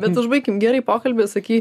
bet užbaikim gerai pokalbį sakei